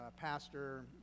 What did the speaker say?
pastor